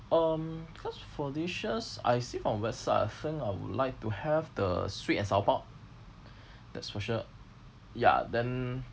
um cause for dishes I see from the website I think I would like to have the sweet and sour pork that's for sure ya then